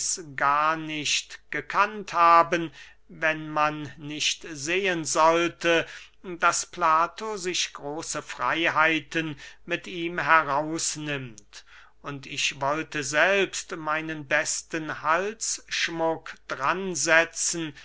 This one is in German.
gar nicht gekannt haben wenn man nicht sehen sollte daß plato sich große freyheiten mit ihm herausnimmt und ich wollte selbst meinen besten halsschmuck dran setzen